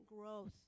growth